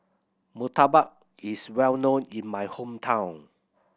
murtabak is well known in my hometown